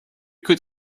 could